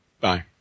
Bye